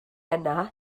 yna